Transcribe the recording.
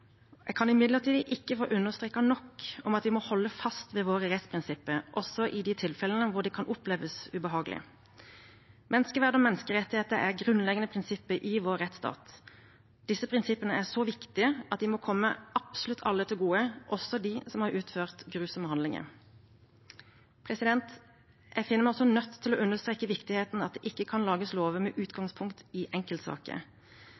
Jeg kan imidlertid ikke få understreket nok at vi må holde fast ved våre rettsprinsipper også i de tilfellene hvor det kan oppleves ubehagelig. Menneskeverd og menneskerettigheter er grunnleggende prinsipper i vår rettsstat. Disse prinsippene er så viktige at de må komme absolutt alle til gode, også de som har utført grusomme handlinger. Jeg finner meg også nødt til å understreke viktigheten av at det ikke kan lages lover med